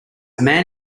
man